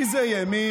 כי זה ימין,